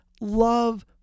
love